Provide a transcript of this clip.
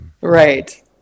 right